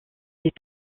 les